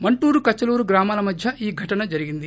మంటూరు కచ్చలూరు గ్రామాల మధ్య ఈ ఘటన జరిగింది